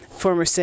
former